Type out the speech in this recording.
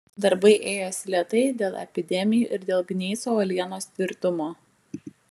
darbai ėjosi lėtai dėl epidemijų ir dėl gneiso uolienos tvirtumo